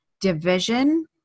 division